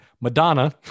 Madonna